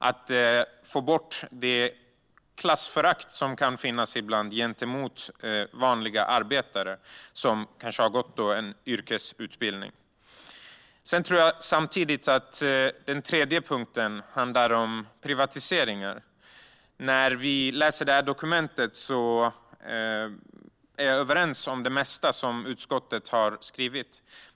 Vi måste få bort det klassförakt som kan finnas gentemot vanliga arbetare som kanske har genomgått en yrkesutbildning. Den tredje punkten handlar om privatiseringar. Jag instämmer i det mesta som utskottet har skrivit i dokumentet.